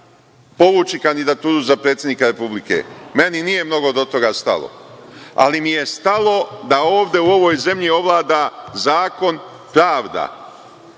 povući kandidaturu za predsednika Republike. Meni nije mnogo do toga stalo, ali mi je stalo da ovde u ovoj zemlji ovlada zakon, pravda,